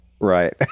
Right